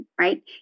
right